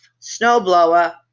Snowblower